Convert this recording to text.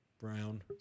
Brown